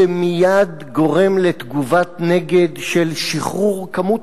זה מייד גורם לתגובת נגד של שחרור כמות